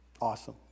Awesome